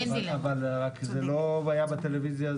אבל רק זה לא היה בטלוויזיה,